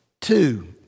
Two